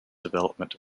development